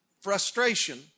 frustration